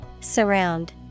Surround